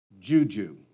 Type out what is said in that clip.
juju